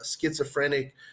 schizophrenic